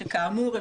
שכאמור,